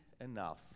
enough